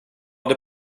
det